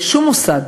שום מוסד,